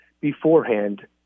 beforehand